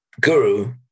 guru